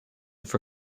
for